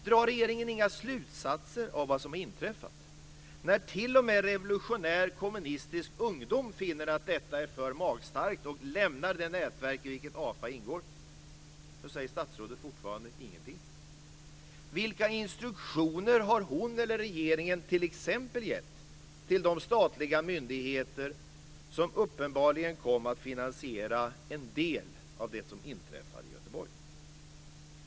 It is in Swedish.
Drar regeringen inga slutsatser av vad som har inträffat när t.o.m. Revolutionär kommunistisk ungdom finner att detta är för magstarkt och lämnar det nätverk i vilket AFA ingår? Då säger statsrådet fortfarande ingenting. Vilka instruktioner har hon eller regeringen t.ex. gett till de statliga myndigheter som uppenbarligen kom att finansiera en del av det som inträffade i Göteborg?